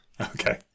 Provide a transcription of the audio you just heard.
Okay